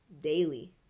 daily